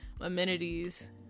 amenities